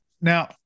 now